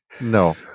No